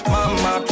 Mama